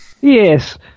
Yes